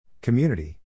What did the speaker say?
Community